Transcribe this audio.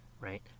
right